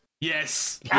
Yes